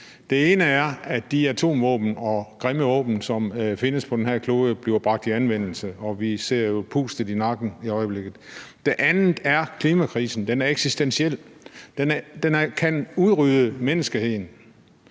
Den ene er, at de atomvåben og grimme våben, som findes på den her klode, bliver bragt i anvendelse – og vi mærker jo pustet i nakken i øjeblikket. Den anden er klimakrisen. Den er eksistentiel. Den kan udrydde menneskeheden.